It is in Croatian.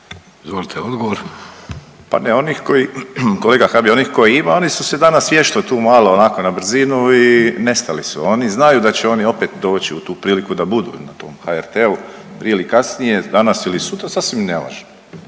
Josip (HDZ)** Pa ne onih koji, kolega Habijan onih koji ima oni su se danas vješto tu malo onako na brzinu i nestali su, oni znaju da će oni opet doći u tu priliku da budu na tom HRT-u prije ili kasnije, danas ili sutra sasvim je nevažno,